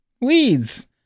Weeds